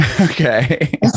Okay